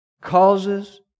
causes